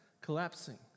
collapsing